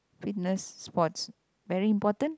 fitness sports very important